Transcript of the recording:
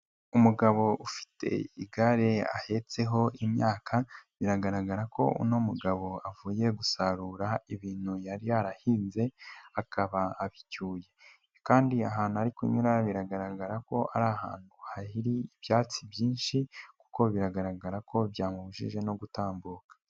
Umugabo ufite igare ahetseho imyaka, biragaragara ko uyu mugabo avuye gusarura ibintu yari yarahinze, akaba abicyuye kandi ahantu ari kunyura biragaragara ko ari ahantu hari ibyatsi byinshi kuko biragaragara ko byamubujije no gutambuka.